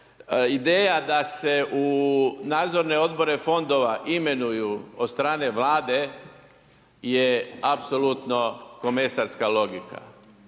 ideja da se u nadzorne odbore fondova imenuju od stane Vlade je apsolutno komesarska logika.